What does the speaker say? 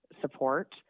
support